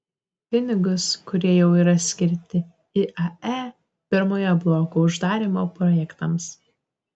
pinigus kurie jau yra skirti iae pirmojo bloko uždarymo projektams